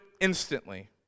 instantly